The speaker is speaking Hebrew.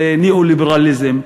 של ניהול ליברליזם,